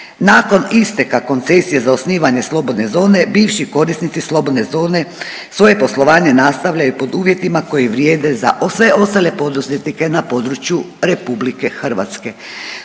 Nakon isteka koncesije za osnivanje slobodne zone bivši korisnici slobodne zone svoje poslovanje nastavljaju pod uvjetima koji vrijede za sve ostale poduzetnike na području Republike Hrvatske.